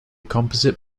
composite